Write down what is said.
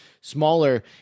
smaller